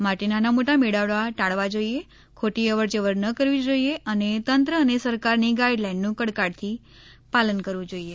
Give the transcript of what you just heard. માટે નાનામોટા મેળાવડા ટાળવા જોઇએ ખોટી અવરજવર ન કરવી જોઇએ અને તંત્ર અને સરકારની ગાઇડલાઇનનું કડકાઇથી પાલન કરવું જોઇએ